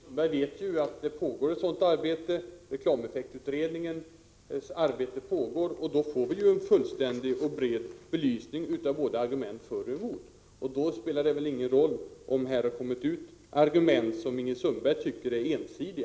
Herr talman! Ingrid Sundberg vet ju att det förekommer ett arbete härvidlag. Reklameffektutredningens arbete pågår, och därigenom får vi en fullständig och bred belysning av argument både för och emot. Under sådana förhållanden spelar det väl ingen roll om det förts fram argument som Ingrid Sundberg tycker är ensidiga.